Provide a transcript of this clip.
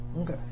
okay